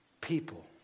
people